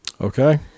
Okay